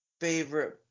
favorite